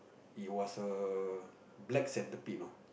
it was a black centipede know